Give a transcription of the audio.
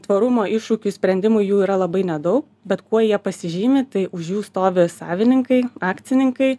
tvarumo iššūkių sprendimui jų yra labai nedaug bet kuo jie pasižymi tai už jų stovi savininkai akcininkai